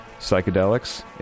Psychedelics